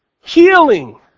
Healing